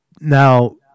now